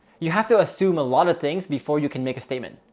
you have to assume a lot of things before you can make a statement.